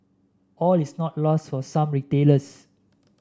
all is not lost for some retailers